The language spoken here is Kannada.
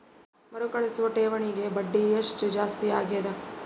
ಮರುಕಳಿಸುವ ಠೇವಣಿಗೆ ಬಡ್ಡಿ ಎಷ್ಟ ಜಾಸ್ತಿ ಆಗೆದ?